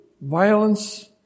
violence